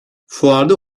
fuarda